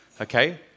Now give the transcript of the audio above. okay